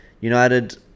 United